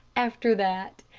after that,